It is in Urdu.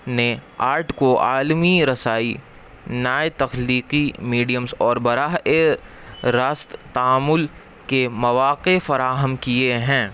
نے آرٹ کو عالمی رسائی نئے تخلیقی میڈیمس اور براہ راست تعامل کے مواقع فراہم کیے ہیں